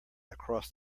across